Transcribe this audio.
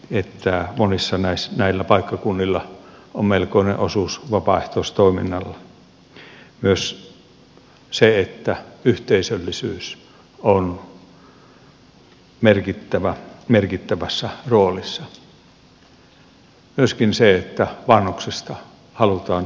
siihen liittyy se että monilla näillä paikkakunnilla on melkoinen osuus vapaaehtoistoiminnalla ja myös se että yhteisöllisyys on merkittävässä roolissa ja myöskin se että vanhuksista halutaan oikeasti pitää huolta